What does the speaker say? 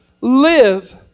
Live